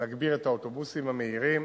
נגביר את האוטובוסים המהירים,